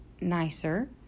nicer